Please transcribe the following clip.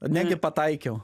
negi pataikiau